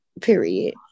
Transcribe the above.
period